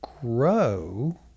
grow